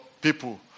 people